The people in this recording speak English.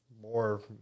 more